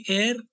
air